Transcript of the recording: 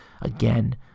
again